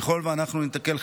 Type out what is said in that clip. ככל שאנחנו ניתקל,